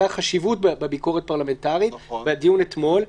חשיבות הביקורת הפרלמנטרית בדיון אתמול.